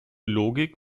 logik